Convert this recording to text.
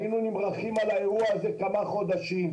היינו נמרחים על האירוע הזה כמה חודשים.